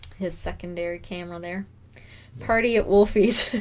his secondary camera their party at wolfies